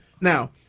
Now